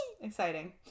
Exciting